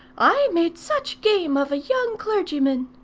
i made such game of a young clergyman!